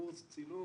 לקורס צילום.